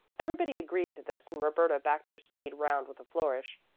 everybody agreed to this, and roberta backed her steed round with a flourish.